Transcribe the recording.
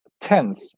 tenth